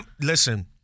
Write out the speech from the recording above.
Listen